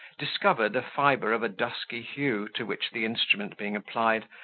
discovered a fibre of a dusky hue, to which the instrument being applied,